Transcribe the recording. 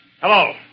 Hello